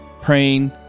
praying